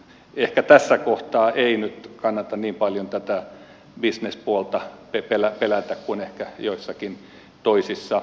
ehkä tässä kohtaa ei nyt kannata niin paljon tätä bisnespuolta pelätä kuin joissakin toisissa yhteyksissä